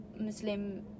muslim